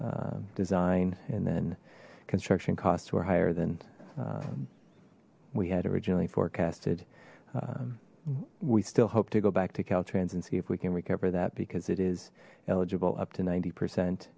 design and then construction costs were higher than we had originally forecasted we still hope to go back to caltrans and see if we can recover that because it is eligible up to ninety percent